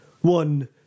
One